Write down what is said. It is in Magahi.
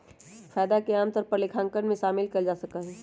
फायदा के आमतौर पर लेखांकन में शामिल कइल जा सका हई